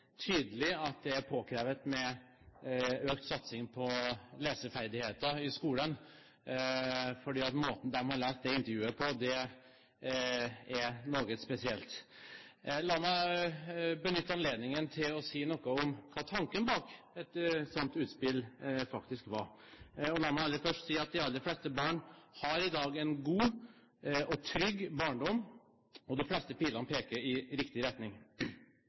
tydelig at det er påkrevet med økt satsing på leseferdigheter i skolen. For måten de har lest det intervjuet på, er noe spesiell. La meg benytte anledningen til å si noe om hva tanken bak et sånt utspill faktisk var. Og la meg aller først si at de aller fleste barn har i dag en god og trygg barndom. De fleste pilene peker i riktig retning.